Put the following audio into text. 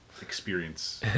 experience